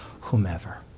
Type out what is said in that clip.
whomever